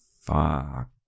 fuck